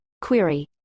query